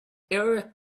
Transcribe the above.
eric